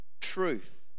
truth